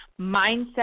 mindset